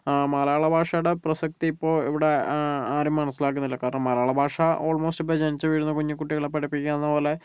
മലയാള ഭാഷയുടെ പ്രസക്തി ഇപ്പോൾ ഇവിടെ ആരും മനസിലാക്കുന്നില്ല കാരണം മലയാളഭാഷ ഓൾമോസ്റ്റ് ജനിച്ചുവീഴുന്ന കുഞ്ഞുകുട്ടികളെ പഠിപ്പിക്കുന്നപോലെ